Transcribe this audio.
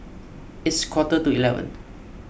its quarter to eleven